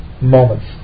moments